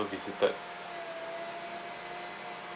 visited